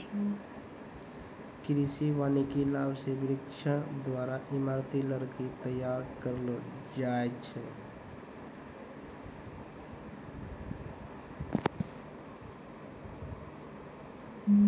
कृषि वानिकी लाभ से वृक्षो द्वारा ईमारती लकड़ी तैयार करलो जाय छै